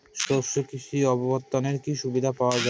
শস্য কৃষি অবর্তনে কি সুবিধা পাওয়া যাবে?